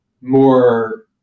more